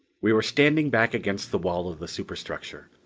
we were standing back against the wall of the superstructure.